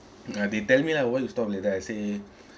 ah they tell me lah why you stop like that I say